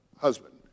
husband